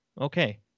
okay